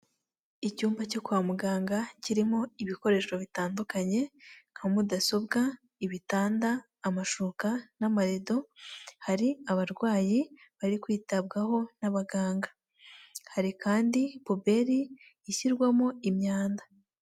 Icyumba cyo kwa muganga kirimo ibikoresho bitandukanye nka mudasobwa, ibitanda amashuka, n'amarido hari abarwayi bari kwitabwaho n'abaganga, hari kandi pubeli ishyirwamo imyanda.